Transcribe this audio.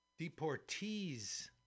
deportees